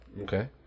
okay